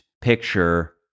picture